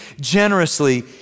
generously